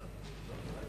אבל,